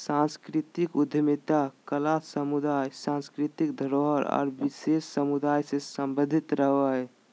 सांस्कृतिक उद्यमिता कला समुदाय, सांस्कृतिक धरोहर आर विशेष समुदाय से सम्बंधित रहो हय